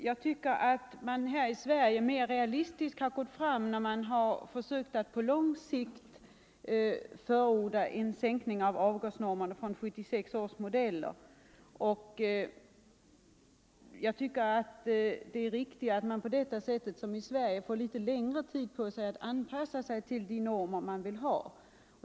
Jag tycker att vi här i Sverige har gått mera realistiskt fram, när vi har förordat en sänkning av avgasnormerna på lång sikt från 1976 års modeller. Det bör vara riktigt att man på det sättet får litet längre tid för att anpassa sig till de normer vi vill ha.